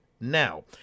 Now